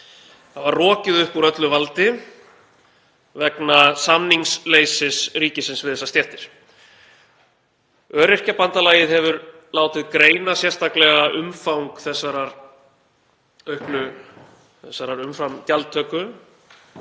hafa rokið upp úr öllu valdi vegna samningsleysis ríkisins við þessar stéttir. Öryrkjabandalagið hefur látið greina sérstaklega umfang þessarar umframgjaldtöku